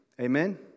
Amen